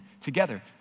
together